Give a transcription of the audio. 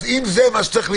אז אם זה מה שצריך להיות,